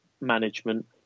management